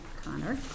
Connor